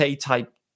type